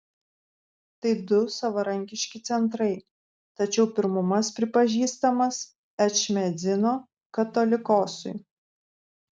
tai du savarankiški centrai tačiau pirmumas pripažįstamas ečmiadzino katolikosui